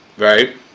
Right